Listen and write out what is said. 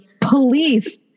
police